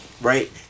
right